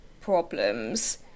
problems